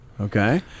Okay